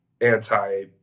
anti